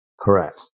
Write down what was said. Correct